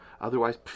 Otherwise